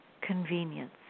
convenience